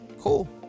cool